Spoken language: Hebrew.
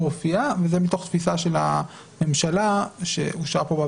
מופיעה וזה מתוך תפיסה של הממשלה שאושרה פה,